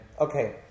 okay